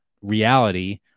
reality